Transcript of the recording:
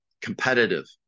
competitive